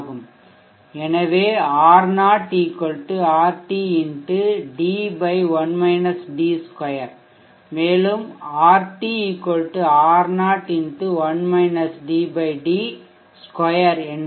எனவே R0 Rt x d 2 மேலும் Rt R0 x 1 - d d2 என்று வரும்